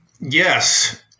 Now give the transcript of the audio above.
Yes